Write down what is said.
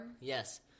Yes